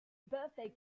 birthday